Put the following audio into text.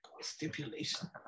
Stipulation